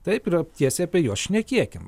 taip ir tiesiai apie juos šnekėkim